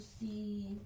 see